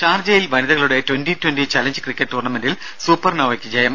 രുര ഷാർജയിൽ വനിതകളുടെ ട്വന്റി ട്വന്റി ചലഞ്ച് ക്രിക്കറ്റ് ടൂർണമെന്റിൽ സൂപ്പർ നോവയ്ക്ക് ജയം